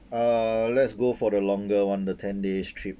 uh let's go for the longer one the ten days trip